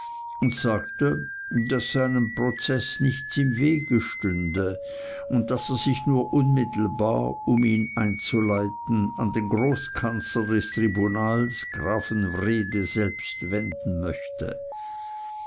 und sagte daß seinem prozeß nichts im wege stünde und daß er sich nur unmittelbar um ihn einzuleiten an den großkanzler des tribunals grafen wrede selbst wenden möchte